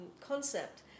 concept